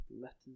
letters